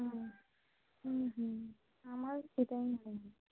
হুম হুম হুম আমার সেটাই মনে হয়